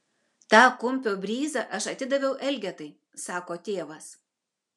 tą kumpio bryzą aš atidaviau elgetai sako tėvas